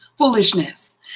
Foolishness